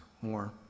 more